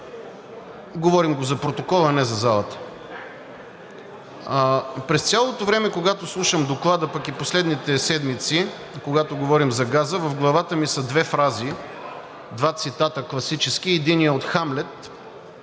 Говорим го за протокола, а не за залата. През цялото време, когато слушам Доклада, пък и в последните седмици, когато говорим за газа, в главата ми са две фрази, два класически цитата. Единият е от „Хамлет“.